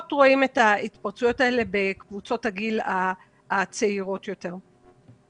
רואים את ההתפרצויות האלה בקבוצות הגיל הצעירות יותר.